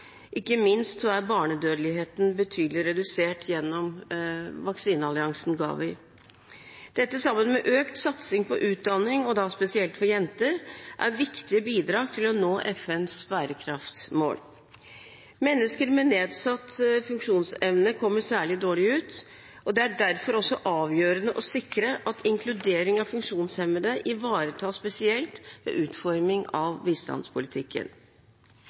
ikke minst er barnedødeligheten betydelig redusert gjennom vaksinealliansen GAVI. Dette, sammen med økt satsing på utdanning, og da spesielt for jenter, er viktige bidrag til å nå FNs bærekraftsmål. Mennesker med nedsatt funksjonsevne kommer særlig dårlig ut. Det er derfor også avgjørende å sikre at inkludering av funksjonshemmede ivaretas spesielt ved utforming av bistandspolitikken.